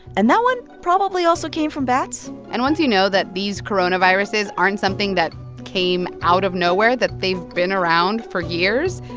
and that one probably also came from bats and once you know that these coronaviruses aren't something that came out of nowhere, that they've been around for years,